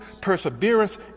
perseverance